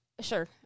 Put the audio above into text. Sure